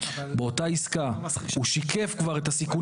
באותה העסקה הוא שיקף כבר את הסיכון